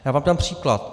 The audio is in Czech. Já vám dám příklad.